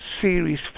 Series